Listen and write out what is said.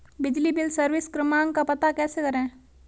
बिजली bill service क्रमांक का पता कैसे करें?